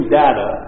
data